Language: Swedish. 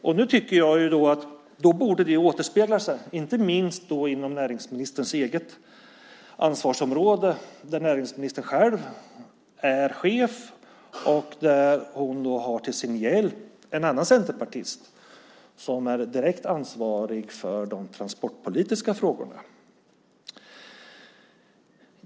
Då tycker jag att det borde återspegla sig, inte minst inom näringsministerns eget ansvarsområde, där näringsministern själv är chef och där hon till sin hjälp har en annan centerpartist, som är direkt ansvarig för de transportpolitiska frågorna.